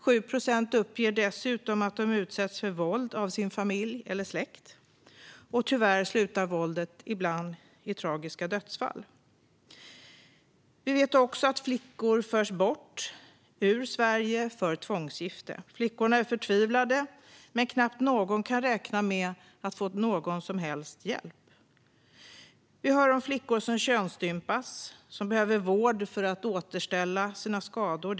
7 procent uppger att de dessutom utsatts för våld av sin familj eller släkt. Tyvärr slutar våldet ibland i tragiska dödsfall. Vi vet också att flickor förs bort, ut ur Sverige, för tvångsgifte. Flickorna är förtvivlade, men knappt någon kan räkna med att få någon som helst hjälp. Vi hör om flickor som könsstympas och som behöver vård för att återställa sina skador.